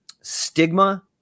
stigma